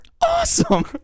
Awesome